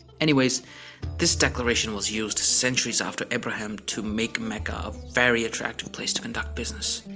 anyways this declaration was used centuries after abraham to make mecca a very attractive place to conduct business.